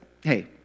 hey